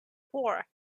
four